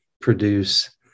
produce